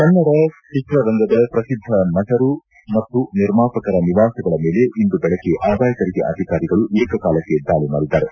ಕನ್ನಡ ಚಿತ್ರರಂಗದ ಪ್ರಸಿದ್ಧ ನಟರು ಮತ್ತು ನಿರ್ಮಾಪಕರ ನಿವಾಸಗಳ ಮೇಲೆ ಇಂದು ಬೆಳಗ್ಗೆ ಆದಾಯ ತೆರಿಗೆ ಅಧಿಕಾರಿಗಳು ಏಕಕಾಲಕ್ಕೆ ದಾಳಿ ಮಾಡಿದ್ದಾರೆ